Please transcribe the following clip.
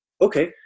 okay